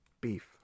beef